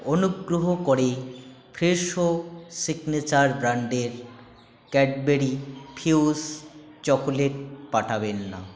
অনুগ্রহ করে Fresho signature ব্র্যান্ডের ক্যাডবেরি ফিউস চকোলেট পাঠাবেন না